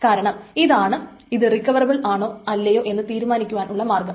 കാരണം ഇതാണ് ഇത് റിക്കവറബിൾ ആണോ അല്ലയോ എന്ന് തീരുമാനിക്കുവാനുള്ള മാർഗം